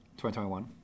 2021